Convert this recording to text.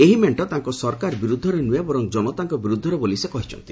ଏହି ମେଣ୍ଟ ତାଙ୍କ ସରକାର ବିରୁଦ୍ଧରେ ନୁହେଁ ବର୍ଚ୍ଚ ଜନତାଙ୍କ ବିରୁଦ୍ଧରେ ବୋଲି ସେ କହିଛନ୍ତି